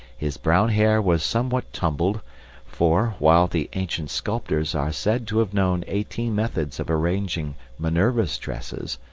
his brown hair was somewhat tumbled for, while the ancient sculptors are said to have known eighteen methods of arranging minerva's tresses,